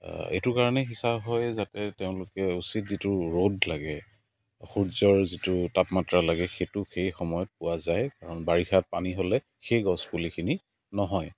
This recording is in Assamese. এইটো কাৰণে সিঁচা হয় যাতে তেওঁলোকে উচিত যিটো ৰ'দ লাগে সূৰ্যৰ যিটো তাপমাত্ৰা লাগে সেইটো সেই সময়ত পোৱা যায় কাৰণ বাৰিষাত পানী হ'লে সেই গছপুলিখিনি নহয়